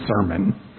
sermon